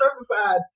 certified